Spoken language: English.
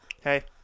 Hey